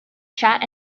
chat